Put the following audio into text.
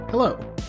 Hello